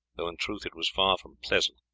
though in truth it was far from pleasant,